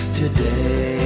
today